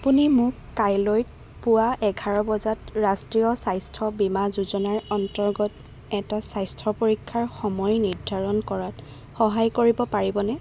আপুনি মোক কাইলৈত পুৱা এঘাৰ বজাত ৰাষ্ট্ৰীয় স্বাস্থ্য বীমা যোজনাৰ অন্তৰ্গত এটা স্বাস্থ্য পৰীক্ষাৰ সময় নিৰ্ধাৰণ কৰাত সহায় কৰিব পাৰিবনে